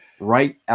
Right